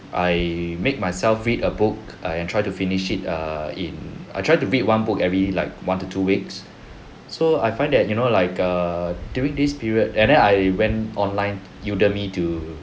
I made myself read a book err and try to finish it err in I try to read one book every like one to two weeks so I find that you know like err during this period and then I went online Udemy to